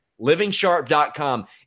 Livingsharp.com